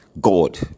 God